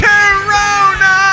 Corona